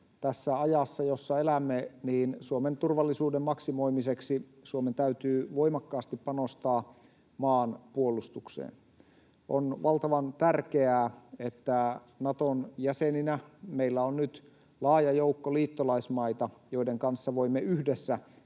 tässä ajassa, jossa elämme, Suomen turvallisuuden maksimoimiseksi Suomen täytyy voimakkaasti panostaa maanpuolustukseen. On valtavan tärkeää, että Naton jäseninä meillä on nyt laaja joukko liittolaismaita, joiden kanssa voimme yhdessä